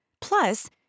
Plus